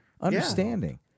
Understanding